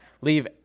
leave